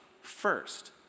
first